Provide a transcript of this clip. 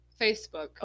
facebook